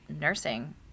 nursing